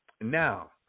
Now